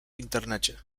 internecie